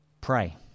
Pray